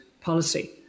policy